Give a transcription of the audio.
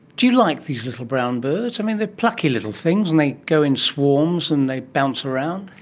do you like these little brown birds? i mean, they are plucky little things and they go in swarms and they bounce around.